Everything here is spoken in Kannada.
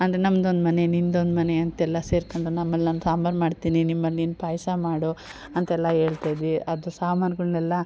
ಅಂದರೆ ನಮ್ದೊಂದು ಮನೆ ನಿಮ್ದೊಂದು ಮನೆ ಅಂತೆಲ್ಲ ಸೇರ್ಕೊಂಡು ನಮ್ಮಲ್ಲಿ ನಾನು ಸಾಂಬಾರು ಮಾಡ್ತೀನಿ ನಿಮ್ಮಲ್ಲಿ ನೀನು ಪಾಯಸ ಮಾಡು ಅಂತೆಲ್ಲ ಹೇಳ್ತಯಿದ್ವಿ ಅದು ಸಾಮಾನುಗಳನ್ನೆಲ್ಲ